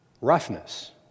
roughness